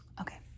Okay